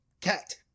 Cat